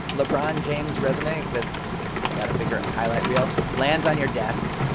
lebron james' resume with i got to figure a highlight reel lands on your desk.